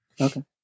Okay